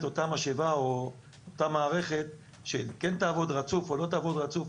אותה משאבה או את אותה מערכת שכן תעבוד רצוף או לא תעבוד רצוף.